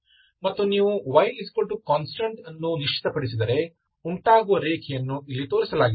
ಮತ್ತು ನೀವು yconst ಅನ್ನು ನಿಶ್ಚಿತಪಡಿಸಿದರೆ ಉಂಟಾಗುವ ರೇಖೆಯನ್ನು ಇಲ್ಲಿ ತೋರಿಸಲಾಗಿದೆ